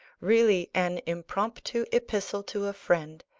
really an impromptu epistle to a friend,